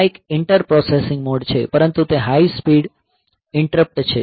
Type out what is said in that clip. આ એક inter processing mode છે પરંતુ તે હાઇ સ્પીડ ઇન્ટરપ્ટ છે